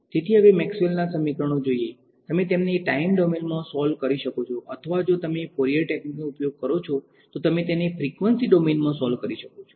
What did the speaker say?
તેથી હવે મેક્સવેલના સમીકરણો જોઈએ તમે તેમને ટાઈમ ડોમેનમાં સોલ્વ શકો છો અથવા જો તમે ફોરિયર ટેકનીકોનો ઉપયોગ કરો છો તો તમે તેમને ફ્રીક્વન્સી ડોમેનમાં સોલ્વ કરી શકો છો